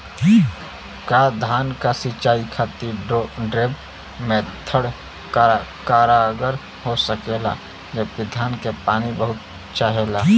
का धान क सिंचाई खातिर ड्रिप मेथड कारगर हो सकेला जबकि धान के पानी बहुत चाहेला?